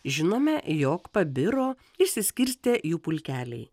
žinome jog pabiro išsiskirstė jų pulkeliai